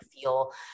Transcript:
feel